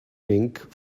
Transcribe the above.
rink